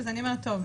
אז אני אומרת: טוב,